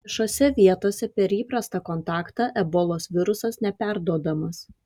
viešose vietose per įprastą kontaktą ebolos virusas neperduodamas